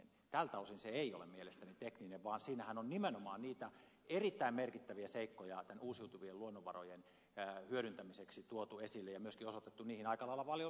tältä osin se ei ole mielestäni tekninen vaan siinähän on nimenomaan erittäin merkittäviä seikkoja näiden uusiutuvien luonnonvarojen hyödyntämiseksi tuotu esille ja on myöskin osoitettu niihin aika lailla paljon määrärahoja